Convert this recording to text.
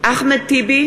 אחמד טיבי,